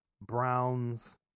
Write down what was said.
Browns